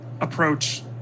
approach